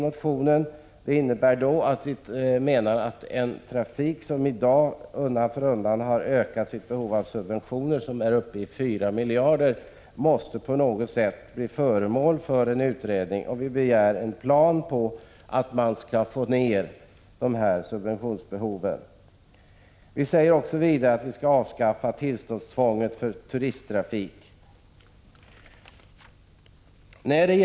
Med det menar vi att en trafik där behov av subventioner undan för undan ökar — de är nu uppe i 4 miljarder — på något sätt måste bli föremål för utredning. Vi begär en plan för att minska subventionsbehoven. Vi vill vidare att tillståndstvånget för turisttrafik avskaffas.